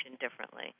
differently